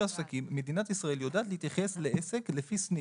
עסקים מדינת ישראל יודעת להתייחס לעסק לפי סניף.